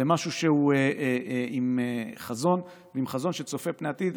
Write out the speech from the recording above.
למשהו שהוא עם חזון צופה פני עתיד.